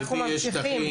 אנחנו ממשיכים.